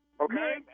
okay